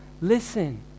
Listen